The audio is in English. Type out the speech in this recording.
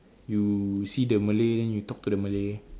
you see the malay then you talk to the malay